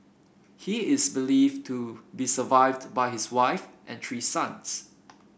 he is believed to be survived by his wife and three sons